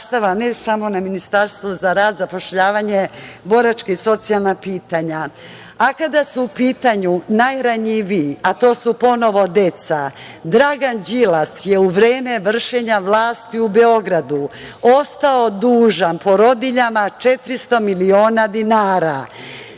ne samo u Ministarstvu za rad, zapošljavanje, boračka i socijalna pitanja. Kada su u pitanju najranjiviji, a to su ponovo deca, Dragan Đilas je u vreme vršenja vlasti u Beogradu, ostao dužan porodiljama 400 miliona dinara.